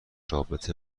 رابطه